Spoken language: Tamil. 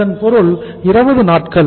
இதன் பொருள் 20 நாட்கள்